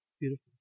beautiful